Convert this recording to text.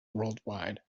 worldwide